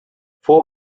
four